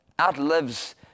outlives